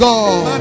God